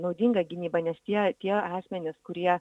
naudinga gynyba nes tie tie asmenys kurie